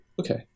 Okay